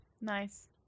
Nice